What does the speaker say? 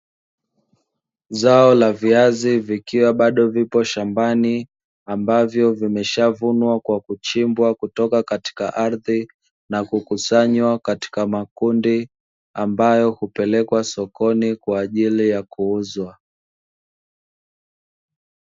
zao la viazi likiwa babo lipo shambani, ambavyo vimeshavunwa kwa kuchibwa kutoka katika ardhi na kukusanywa katika makundi, ambayo hupelekwa sokoni kwa ajili ya kuuzwa.